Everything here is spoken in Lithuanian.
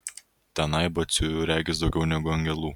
tenai batsiuvių regis daugiau negu angelų